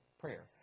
prayer